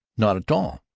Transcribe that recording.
not a-tall!